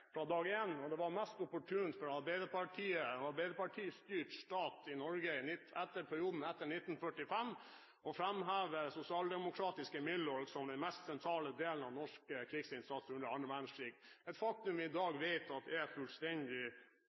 fra dag én. Det var mest opportunt for Arbeiderpartiet og en arbeiderpartistyrt stat i Norge i perioden etter 1945 å framheve sosialdemokratiske Milorg som den mest sentrale delen av norsk krigsinnsats under 2. verdenskrig – et faktum som vi i dag vet er fullstendig